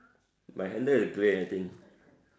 my handle is grey I think